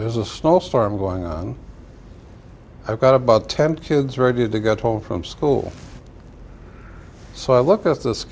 there's a snowstorm going on i've got about ten kids ready to get home from school so i looked at this